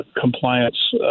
compliance